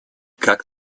как